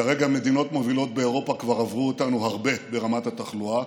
כרגע מדינות מובילות באירופה כבר עברו אותנו הרבה ברמת התחלואה,